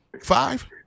Five